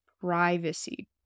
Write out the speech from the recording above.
privacy